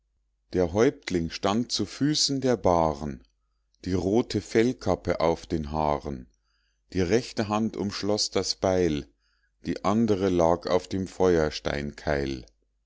der häuptling stand zu füßen der bahren die rote fellkappe auf den haaren die rechte hand umschloß das beil die andere lag auf dem